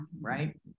right